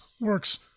works